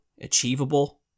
achievable